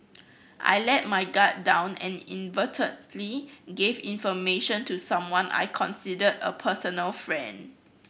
I let my guard down and gave information to someone I considered a personal friend